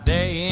Day